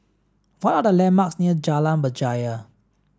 what are the landmarks near Jalan Berjaya